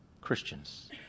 Christians